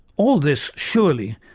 all this, surely,